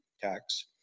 tax